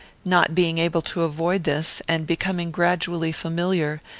not being able to avoid this, and becoming gradually familiar,